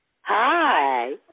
Hi